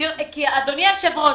אדוני היושב-ראש,